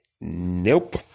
nope